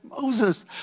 Moses